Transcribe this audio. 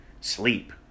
sleep